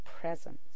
presence